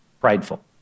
prideful